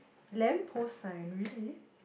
lamp post sign really